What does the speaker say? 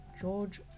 George